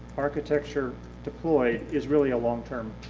architecture deployed is really a long-term